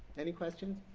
any questions?